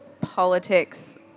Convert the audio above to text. politics